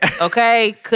okay